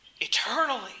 eternally